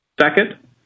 Second